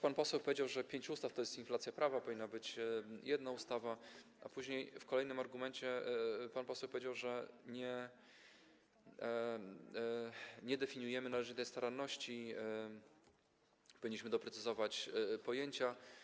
Pan poseł powiedział też, że pięć ustaw to jest inflacja prawa, że powinna być jedna ustawa, a później, w kolejnym argumencie pan poseł powiedział, że nie definiujemy należytej staranności, że powinniśmy doprecyzować pojęcia.